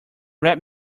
rap